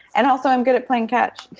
and also i'm good at playing catch.